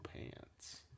pants